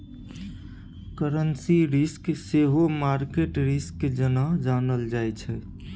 currency risk सेहो market risk जेना जानल जाइ छै